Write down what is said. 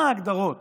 מה ההגדרות